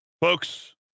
folks